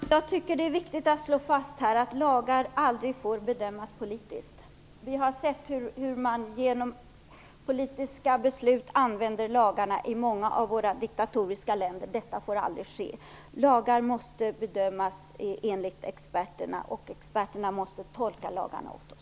Fru talman! Jag tycker att det är viktigt att slå fast att lagar aldrig får bedömas politiskt. Vi har sett hur man genom politiska beslut använder lagarna i många diktaturländer. Detta får aldrig ske. Lagar måste bedömas enligt experterna, och experterna måste tolka lagarna åt oss.